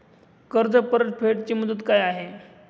कर्ज परतफेड ची मुदत काय आहे?